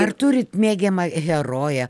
ar turit mėgiamą heroję